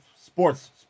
sports